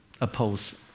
Oppose